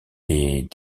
est